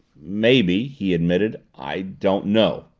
maybe, he admitted. i don't know.